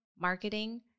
marketing